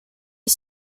est